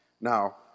Now